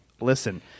listen